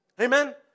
Amen